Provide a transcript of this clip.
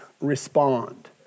Respond